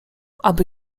aby